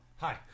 hi